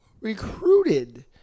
recruited